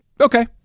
Okay